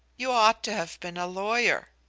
you ought to have been a lawyer.